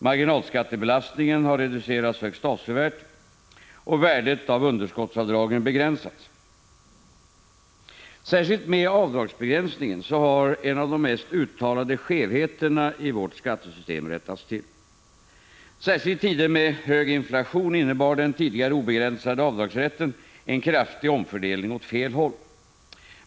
Marginalskattebelastningen har reducerats högst avsevärt, och värdet av underskottsavdragen har Särskilt med avdragsbegränsningen har en av de mest uttalade skevheterna i vårt skattesystem rättats till. Särskilt i tider med hög inflation innebar den tidigare obegränsade avdragsrätten en kraftig omfördelning åt fel håll.